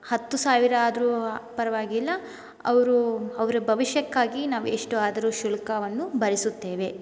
ಹತ್ತು ಸಾವಿರ ಆದರೂ ಪರವಾಗಿಲ್ಲ ಅವ್ರ ಅವರ ಭವಿಷ್ಯಕ್ಕಾಗಿ ನಾವು ಎಷ್ಟು ಆದರೂ ಶುಲ್ಕವನ್ನು ಭರಿಸುತ್ತೇವೆ